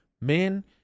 men